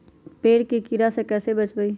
पेड़ के कीड़ा से कैसे बचबई?